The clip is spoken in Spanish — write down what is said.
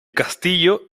castillo